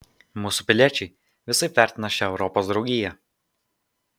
mūsų piliečiai visaip vertina šią europos draugiją